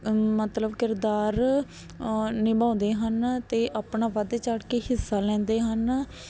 ਮਤਲਬ ਕਿਰਦਾਰ ਨਿਭਾਉਂਦੇ ਹਨ ਅਤੇ ਆਪਣਾ ਵੱਧ ਚੜ੍ਹ ਕੇ ਹਿੱਸਾ ਲੈਂਦੇ ਹਨ